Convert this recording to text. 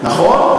נכון.